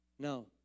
No